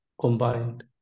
combined